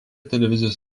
televizijos